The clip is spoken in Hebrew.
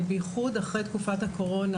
בייחוד אחרי תקופת הקורונה.